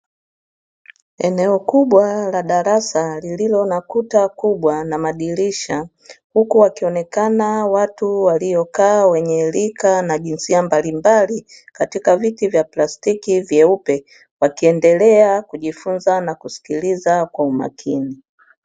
Eneo kubwa la darasa lililo nakuta kubwa na madirisha huku wakionekana watu waliokaa wenye rika na jinsia mbalimbali katika viti vya plastiki vyeupe wakiendelea kujifunza na kusikiliza kwa umakini.